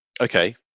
Okay